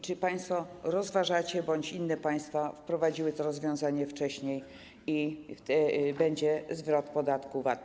Czy państwo to rozważacie bądź inne państwa wprowadziły to rozwiązanie wcześniej i będzie zwrot podatku VAT?